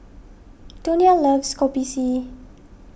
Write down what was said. Donia loves Kopi C